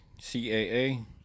CAA